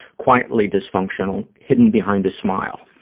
quietly dysfunctional, hidden behind a smile,